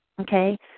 okay